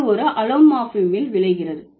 இது ஒரு அலோமார்பில் விளைகிறது